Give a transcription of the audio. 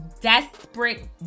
desperate